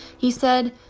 he said,